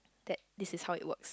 that this is how it works